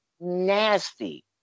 nasty